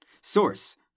Source